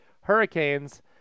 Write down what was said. Hurricanes